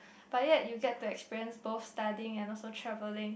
but yet you get to experience both studying and also travelling